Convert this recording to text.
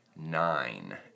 Nine